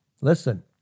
Listen